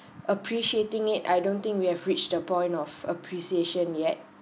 appreciating it I don't think we have reached the point of appreciation yet